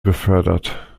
befördert